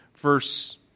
verse